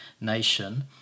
nation